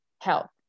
health